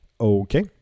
Okay